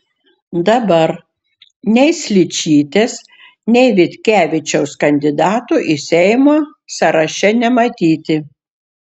dabar nei sličytės nei vitkevičiaus kandidatų į seimą sąraše nematyti